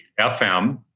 FM